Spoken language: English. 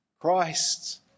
Christ